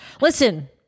listen